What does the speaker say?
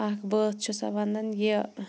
اَکھ بٲتھ چھِ سۄ وَنان یہِ